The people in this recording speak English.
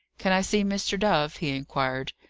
can i see mr. dove? he inquired.